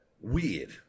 weird